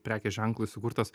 prekės ženklui sukurtos